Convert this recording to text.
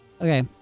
Okay